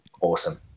Awesome